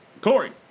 Corey